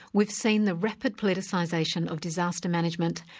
we've seen the rapid politicisation of disaster management,